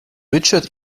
richard